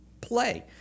play